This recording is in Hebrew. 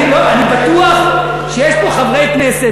אני בטוח שיש פה חברי כנסת,